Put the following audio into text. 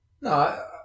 No